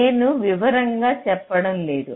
నేను వివరంగా చెప్పడం లేదు